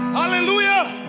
hallelujah